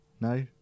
No